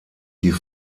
die